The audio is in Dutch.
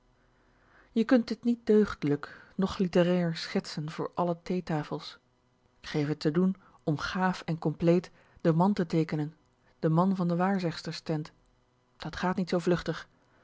je kunt dit niet deugdlijk noch litérair schetsen voor alle theetafels k geef t te doen om gaaf en compleet den man te teekenen den man van de waarzegsters tent dat gaat niet zoo vluchtig